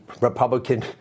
Republican